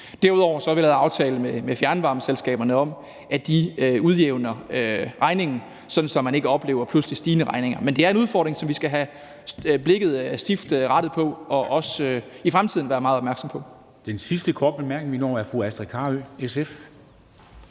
Derudover har vi lavet en aftale med fjernvarmeselskaberne om, at de udjævner regningen, så man ikke oplever pludseligt stigende regninger. Men det er en udfordring, som vi skal have blikket stift rettet på og også i fremtiden skal være meget opmærksomme på.